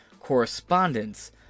correspondence